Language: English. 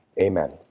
amen